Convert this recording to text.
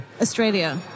Australia